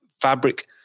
Fabric